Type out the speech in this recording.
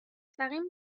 مستقیم